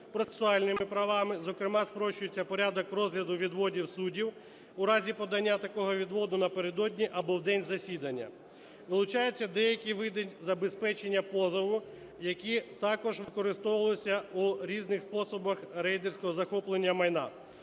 процесуальними правами, зокрема спрощується порядок розгляду відводів суддів в разі подання такого відводу напередодні або в день засідання. Вилучаються деякі види забезпечення позову, які також використовувалися у різних способах рейдерського захоплення майна.